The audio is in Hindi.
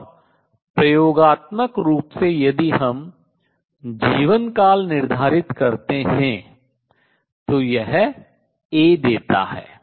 और प्रयोगात्मक रूप से यदि हम जीवनकाल निर्धारित करते हैं तो यह A देता है